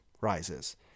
rises